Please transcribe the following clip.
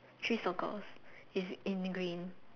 three circles it's in green